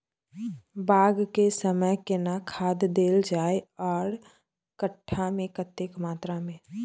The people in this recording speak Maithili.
बाग के समय केना खाद देल जाय आर कट्ठा मे कतेक मात्रा मे?